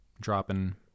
dropping